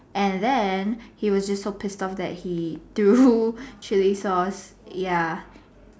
and then he was just so pissed off that he threw chili sauce ya